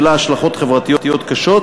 שלה השלכות חברתיות קשות,